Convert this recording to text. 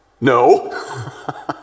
no